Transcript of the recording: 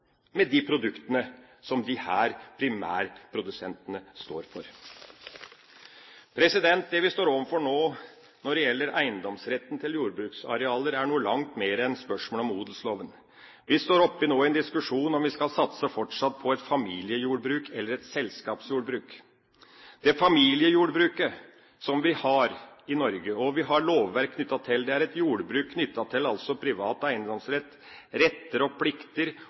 med de produktene som disse primærprodusentene står for. Det vi står overfor nå når det gjelder eiendomsretten til jordbruksarealer, er noe langt mer enn spørsmål om odelsloven. Vi står nå oppe i en diskusjon om vi skal satse fortsatt på et familiejordbruk eller et selskapsjordbruk. Det familiejordbruket som vi har i Norge – og vi har lovverk knyttet til det – er et jordbruk knyttet til privat eiendomsrett, retter og plikter